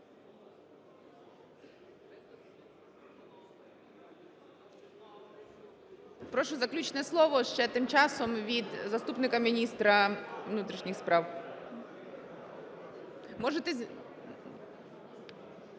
Прошу заключне слово ще тимчасом від заступника міністра внутрішніх справ. Можете